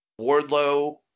Wardlow